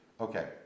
Okay